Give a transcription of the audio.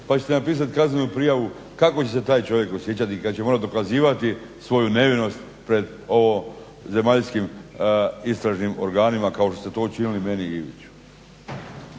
pa ćete napisati kaznenu prijavu kako će se taj čovjek osjećati kad će morati dokazivati svoju nevinost pred ovozemaljskim istražnim organima kao što ste učinili meni i Iviću.